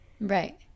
Right